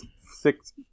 six